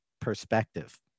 perspective